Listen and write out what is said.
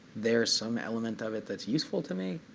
there's some element of it that's useful to me.